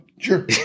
Sure